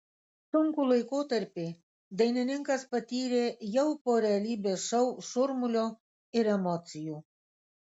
sunkų laikotarpį dainininkas patyrė jau po realybės šou šurmulio ir emocijų